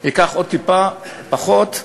ייקח עוד טיפה זמן.